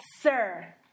Sir